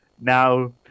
Now